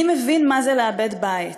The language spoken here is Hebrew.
אני מבין מה זה לאבד בית.